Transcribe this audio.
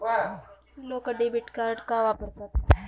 लोक debit card का वापरतात?